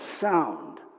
sound